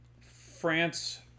France